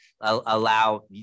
allow